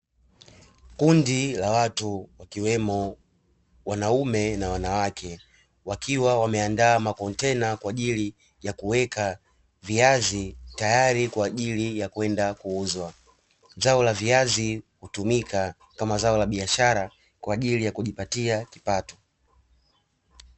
Kundi la watu wakiwemo wanaume na wanawake, wakiwa wameandaa makontena kwajili ya kuweka viazi tayari kwa ajili ya kwenda kuuzwa, zao la viazi hutumika kama zao la biashara kwa ajili ya kujipatia kipato.